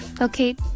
Okay